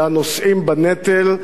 לנושאים בנטל,